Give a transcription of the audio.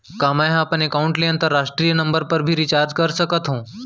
का मै ह अपन एकाउंट ले अंतरराष्ट्रीय नंबर पर भी रिचार्ज कर सकथो